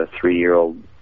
three-year-old